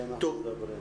על זה אנחנו מדברים.